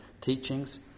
teachings